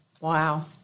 Wow